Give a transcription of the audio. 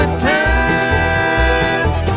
time